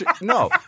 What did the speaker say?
No